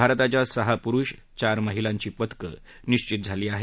भारताच्या सहा पुरुष आणि चार महिलांची पदकं निशित झाली आहेत